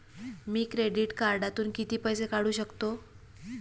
मी credit कार्डातून किती पैसे काढू शकतो?